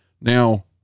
now